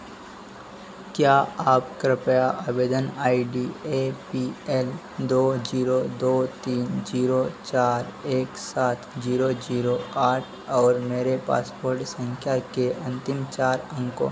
क्या आप कृपया आवेदन I D A P L दो जीरो दो तीन जीरो चार एक सात जीरो जीरो आठ और मेरे पासपोर्ट संख्या के अंतिम चार अंकों